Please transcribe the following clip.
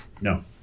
No